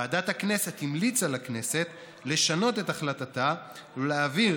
ועדת הכנסת המליצה לכנסת לשנות את החלטתה ולהעביר